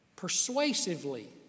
Persuasively